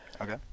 Okay